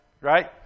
Right